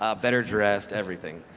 ah better dressed, everything,